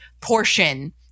portion